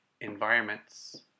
environments